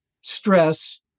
stress